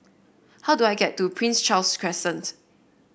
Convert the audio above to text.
how do I get to Prince Charles Crescent